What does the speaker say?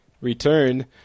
return